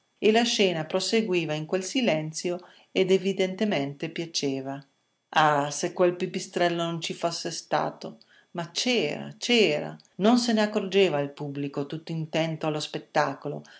e la scena proseguiva in quel silenzio ed evidentemente piaceva ah se quel pipistrello non ci fosse stato ma c'era c'era non se n'accorgeva il pubblico tutto intento allo spettacolo